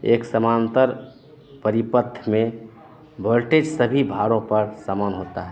एक समानान्तर परिपथ में वोल्टेज़ सभी भारों पर समान होता है